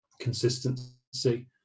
consistency